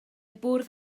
bwrdd